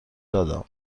دادم